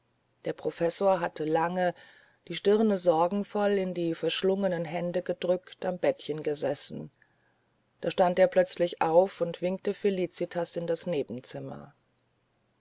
der professor hatte lange die stirne sorgenvoll in die verschlungenen hände gedrückt am bettchen gesessen da stand er plötzlich auf und winkte felicitas in das nebenzimmer